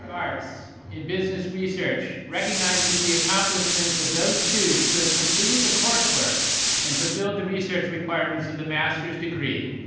arts in business research recognizes the accomplishments of those students who have completed the course work and fulfilled the research requirements of the master's degree.